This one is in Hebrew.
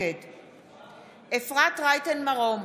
נגד אפרת רייטן מרום,